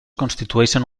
constitueixen